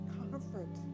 comfort